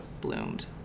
bloomed